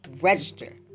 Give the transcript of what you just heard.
Register